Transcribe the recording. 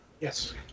Yes